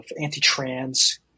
anti-trans